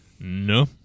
No